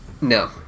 No